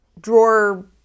drawer